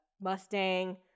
Mustang